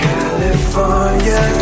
California